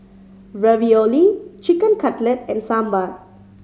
Ravioli Chicken Cutlet and Sambar